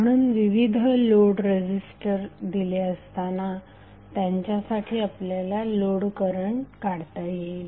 म्हणून विविध load resistor दिलेले असताना त्यांच्यासाठी आपल्याला लोड करंट काढता येईल